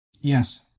Yes